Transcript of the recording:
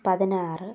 പതിനാറ്